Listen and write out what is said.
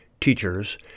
teachers